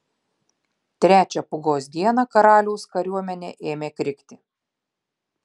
trečią pūgos dieną karaliaus kariuomenė ėmė krikti